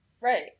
Right